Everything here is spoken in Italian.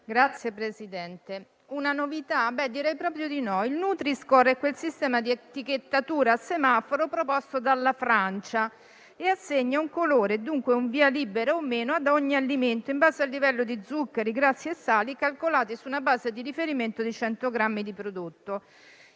Signor Presidente, una novità? Direi proprio di no: il nutri-score è quel sistema di etichettatura a semaforo proposto dalla Francia che assegna un colore, dunque un via libera o meno, ad ogni alimento in base al livello di zuccheri, grassi e sali calcolati sulla base di riferimento di 100 grammi di prodotto.